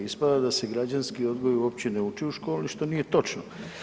Ispada da se građanski odgoj uopće ne uči u školi, što nije točno.